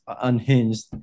unhinged